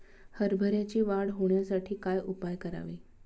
हरभऱ्याची वाढ होण्यासाठी काय उपाय करावे?